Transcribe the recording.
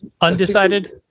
undecided